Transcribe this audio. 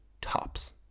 tops